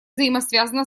взаимосвязана